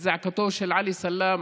את זעקתו של עלי סלאם,